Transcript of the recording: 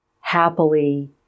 happily